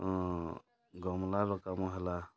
ଗମ୍ଲାର କାମ ହେଲା